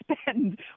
spend